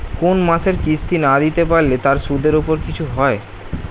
কোন মাসের কিস্তি না দিতে পারলে তার সুদের উপর কিছু হয়?